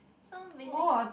so basically